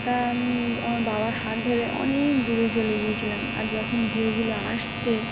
তা আমি আমার বাবার হাত ধরে অনেক দূরে চলে গিয়েছিলাম আর যখন ঢেউগুলো আসছে